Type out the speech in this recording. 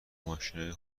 ماشینای